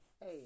hey